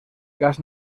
gas